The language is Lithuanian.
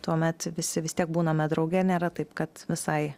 tuomet visi vis tiek būname drauge nėra taip kad visai